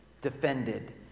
defended